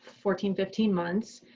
fourteen fifteen months,